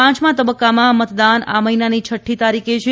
પાંચમાં તબક્કામાં મતદાન આ મહિનાની છઠ્ઠી તારીખે થશે